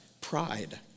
Pride